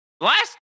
Last